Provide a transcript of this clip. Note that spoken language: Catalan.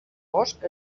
bosc